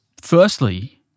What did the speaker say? Firstly